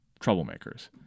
troublemakers